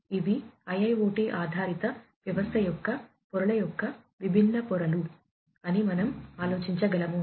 ఇవి IIoT ఆధారిత వ్యవస్థ యొక్క పొరల యొక్క విభిన్న పొరలు అని మనం ఆలోచించగలము